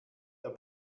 der